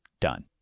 Done